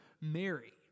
Mary